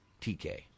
TK